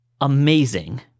amazing